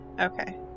Okay